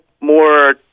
more